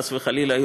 חס וחלילה,